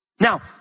Now